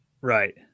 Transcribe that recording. right